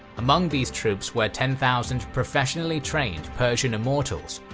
among these troops were ten thousand professionally trained persian immortals,